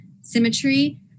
symmetry